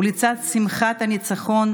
ולצד שמחת הניצחון,